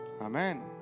Amen